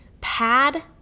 pad